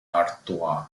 artois